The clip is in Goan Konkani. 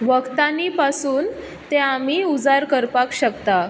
वखदांनी पासून तें आमी उजार करपाक शकता